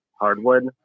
hardwood